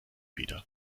wieder